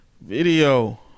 video